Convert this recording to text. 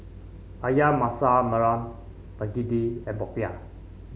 ayam Masak Merah begedil and popiah